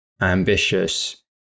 ambitious